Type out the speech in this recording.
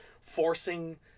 forcing